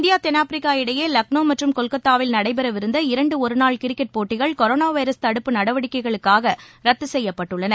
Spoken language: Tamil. இந்தியா தென்னாட்பிரிக்கா இடையேலக்னோமற்றும் கொல்கத்தாவில் நடைபெறுவிருந்த இரண்டுஒருநாள் கிரிக்கெட் போட்டிகள் கொரோனாவைரஸ் தடுப்பு நடவடிக்கைகளுக்காகரத்துசெய்யப்பட்டுள்ளன